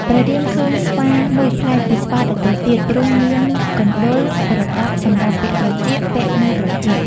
ព្រះរាម ឃើញស្វានោះប្លែកពីស្វាដទៃទៀត ព្រោះមាន កុណ្ឌល (ប្រដាប់សម្រាប់ពាក់ត្រចៀក) ពាក់នៅត្រចៀក។